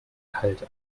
kalt